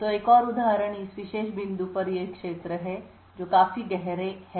तो एक और उदाहरण इस विशेष बिंदु पर ये क्षेत्र हैं जो काफी गहरे हैं